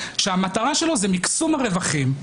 והמטרה שלו זה מיקסום הרווחים.